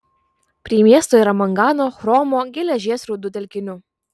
prie miesto yra mangano chromo geležies rūdų telkinių